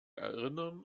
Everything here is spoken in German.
erinnern